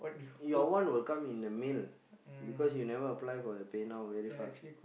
your one will come in the mail because you never apply for the Pay-Now very fast